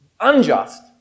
unjust